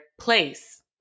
place